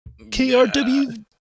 Krw